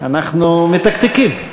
אנחנו מתקתקים.